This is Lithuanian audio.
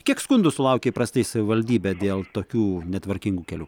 kiek skundų sulaukia įprastai savivaldybė dėl tokių netvarkingų kelių